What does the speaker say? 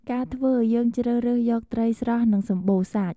ការធ្វើយើងជ្រើសរើសយកត្រីស្រស់និងសម្បូរសាច់។